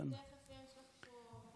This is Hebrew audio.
בסדר, אורית, תכף יש לך פה.